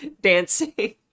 Dancing